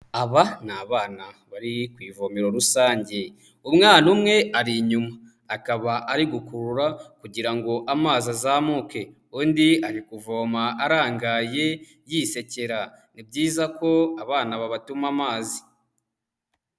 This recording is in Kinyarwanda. Aba ni abana bari ku ivomero rusange. Umwana umwe ari inyuma akaba ari gukurura kugira ngo amazi azamuke; undi ari kuvoma arangaye yisekera. Ni byiza ko abana babatuma amazi.